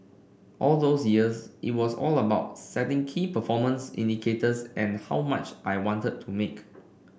all those years it was all about setting key performance indicators and how much I wanted to make